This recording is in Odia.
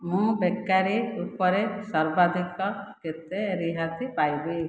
ମୁଁ ବେକେରୀ ଉପରେ ସର୍ବାଧିକ କେତେ ରିହାତି ପାଇବି